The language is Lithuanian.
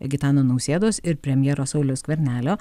gitano nausėdos ir premjero sauliaus skvernelio